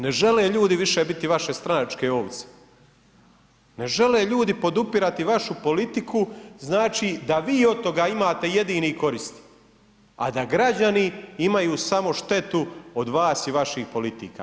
Ne žele ljudi više biti vaše stranačke ovce, ne žele ljudi podupirati vašu politiku, znači da vi od toga imate jedini koristi a da građani imaju samo štetu od vas i vaših politika.